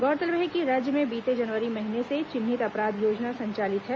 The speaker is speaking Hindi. गौरतलब है कि राज्य में बीते जनवरी महीने से चिन्हित अपराध योजना संचालित है